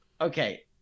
Okay